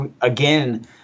again